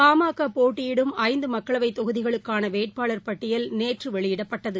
பாமகபோட்டியிடும் ஐந்துமக்களவைத் தொகுதிகளுக்கானவேட்பாளர் பட்டியலைநேற்றுவெளியிடப்பட்டது